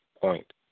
point